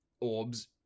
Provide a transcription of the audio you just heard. Orbs